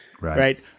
Right